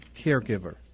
caregiver